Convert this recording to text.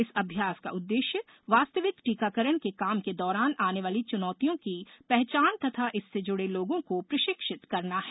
इस अभ्यास का उद्देश्य वास्तविक टीकाकरण के काम के दौरान आने वाली चुनौतियों की पहचान तथा इससे जुडे लोगों को प्रशिक्षित करना है